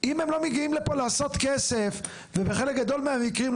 אם הם לא מגיעים לפה לעשות כסף ובחלק גדול מהמקרים,